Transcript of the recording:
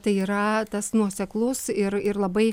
tai yra tas nuoseklus ir ir labai